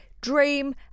dream